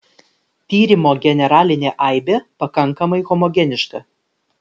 tyrimo generalinė aibė pakankamai homogeniška